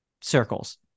circles